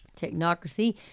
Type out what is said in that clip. technocracy